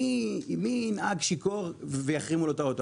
מי ינהג שיכור ויחרימו לו את האוטו?